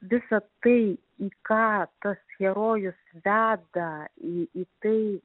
visa tai į ką tas herojus veda į į tai